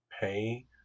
pay